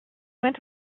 went